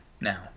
now